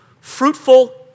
Fruitful